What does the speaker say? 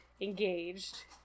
engaged